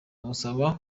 musaba